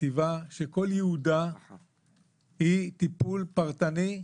חטיבה שכל יעודה היא טיפול פרטני,